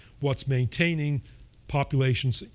what's maintaining population